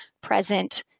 present